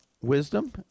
wisdom